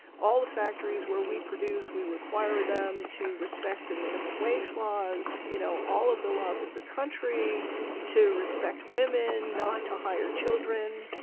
all the factories where we produce, we require them to respect the minimum-wage laws, you know, all of the laws of the country to respect women, not to hire children,